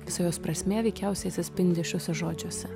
visa jos prasmė veikiausiai atsispindi šiuose žodžiuose